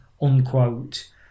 unquote